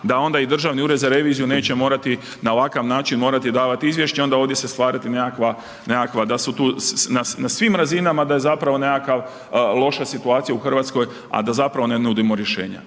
da onda i Državni ured za reviziju neće morati na ovakav način morati davati izvješće onda se ovdje stvarati nekakva, nekakva da su tu na svim razinama da je zapravo nekakav loša situacija u Hrvatskoj, a da zapravo ne nudimo rješenja.